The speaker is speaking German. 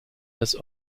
des